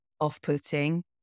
off-putting